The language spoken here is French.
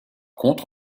contre